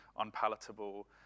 unpalatable